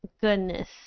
goodness